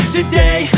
today